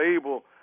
able